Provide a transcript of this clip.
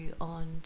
on